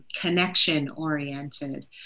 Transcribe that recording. Connection-oriented